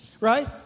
Right